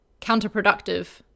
counterproductive